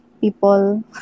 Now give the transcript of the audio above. people